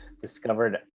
discovered